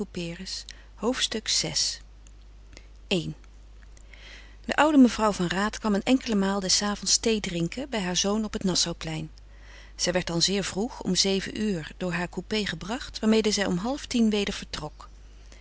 hoofdstuk vi i de oude mevrouw van raat kwam een enkele maal des avonds thee drinken bij haar zoon op het nassauplein zij werd dan zeer vroeg om zeven uur door haar coupé gebracht waarmede zij om halftien weder vertrok